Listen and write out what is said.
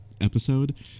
episode